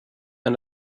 and